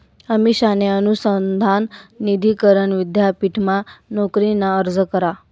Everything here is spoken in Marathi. अमिषाने अनुसंधान निधी करण विद्यापीठमा नोकरीना अर्ज करा